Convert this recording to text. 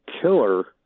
killer